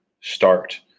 start